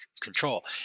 control